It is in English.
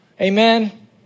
Amen